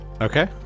Okay